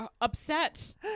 upset